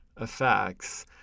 effects